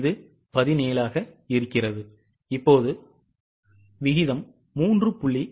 இது 17 இப்போது விகிதம் 3